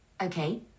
Okay